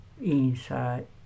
inside